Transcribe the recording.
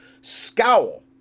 scowl